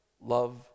Love